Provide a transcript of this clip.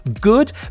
good